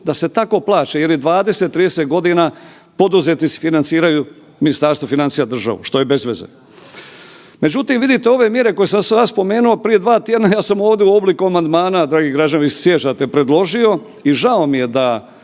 da se tako plaća jer je 20-30.g. poduzetnici financiraju, Ministarstvo financija, državu, što je bez veze. Međutim, vidite ove mjere koje sam sada spomenuo prije dva tjedna ja sam ovdje u obliku amandmana, dragi građani jel se sjećate, predložio i žao mi je da